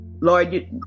Lord